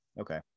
Okay